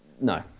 no